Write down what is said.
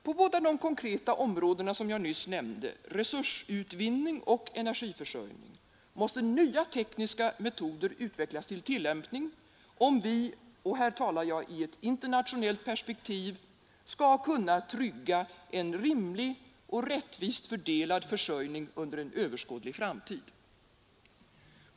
På båda dessa konkreta områden, resursutvinning och energiförsörjning, måste nya tekniska metoder utvecklas till tillämpning, om vi — och här talar jag om ett internationellt perspektiv — skall kunna trygga en rimlig och rättvist fördelad försörjning under en överskådlig framtid.